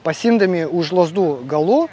pasiimdami už lazdų galų